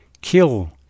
kill